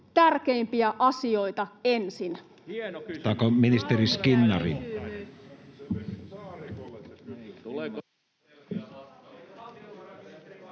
tärkeimpiä asioita ensin?